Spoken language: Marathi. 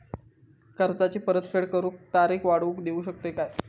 कर्जाची परत फेड करूक तारीख वाढवून देऊ शकतत काय?